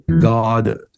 god